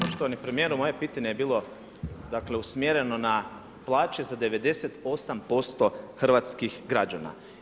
Poštovani premijeru, moje pitanje je bilo dakle usmjereno na plaće za 98% hrvatskih građana.